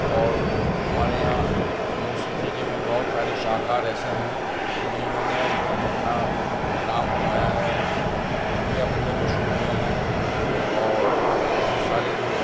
اور ہمارے یہاں موسیقی کے میں بہت سارے شاہکار ایسے ہیں کہ جنہوں نے اپنا نام کمایا ہے دنیا بھر میں مشہور ہوئے ہیں اور بہت سارے جو